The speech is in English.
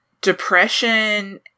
depression